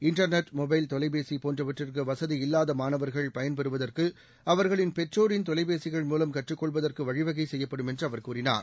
internet mobile தொலைபேசி போன்றவற்றிற்கு வசதி இல்லாத மாணவர்கள் பயன் பெறுவதற்கு அவர்களின் பெற்றோரின் தொவைபேசிகள் மூலம் கற்றுக் கொள்வதற்கு வழி வகை செய்யப்படும் என்று அவர் கூறினார்